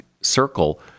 circle